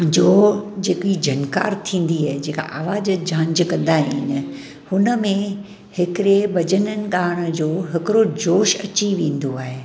जो जेकी झनकारु थींदी आहे जेका आवाज़ झांझि कंदा आहिनि हुनमें हिकिड़े भजननि ॻायण जो हिकिड़ो जोश अची वेंदो आहे